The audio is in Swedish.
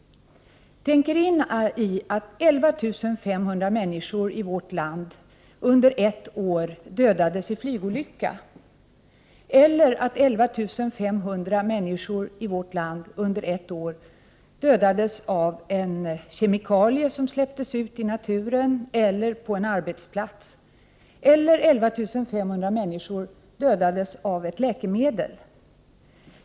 Tänk er in i att 11 500 människor i vårt land under ett år dödades i flygolyckor, eller att 11 500 människor i vårt land under ett år dödades av en kemikalie som släpptes ut i naturen eller på en arbetsplats, eller att 11 500 människor dödades av ett läkemedel.